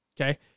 Okay